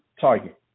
target